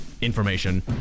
information